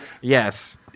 Yes